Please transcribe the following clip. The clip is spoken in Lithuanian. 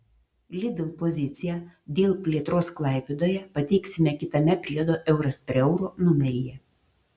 lidl poziciją dėl plėtros klaipėdoje pateiksime kitame priedo euras prie euro numeryje